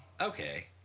okay